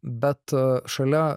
bet a šalia